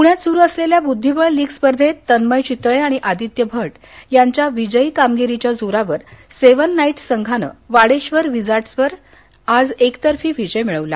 पुण्यात सुरू असलेल्या बुद्धीबळ लीग स्पर्धेत तन्मय चितळे आणि आदित्य भट यांच्या विजयी कामगिरीच्या जोरावर सेव्हन नाईटस संघानं वाडेश्वर विझार्डस संघावर आज एकतर्फी विजय मिऴवला